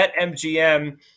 BetMGM